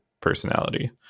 personality